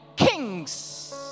Kings